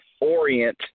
Orient